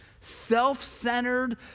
Self-centered